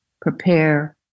prepare